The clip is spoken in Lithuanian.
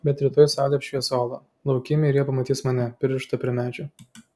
bet rytoj saulė apšvies uolą laukymę ir jie pamatys mane pririštą prie medžio